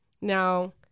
Now